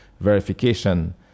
verification